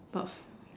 but